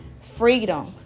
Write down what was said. freedom